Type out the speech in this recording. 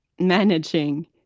managing